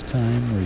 time